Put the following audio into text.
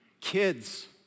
Kids